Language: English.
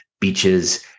beaches